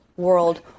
world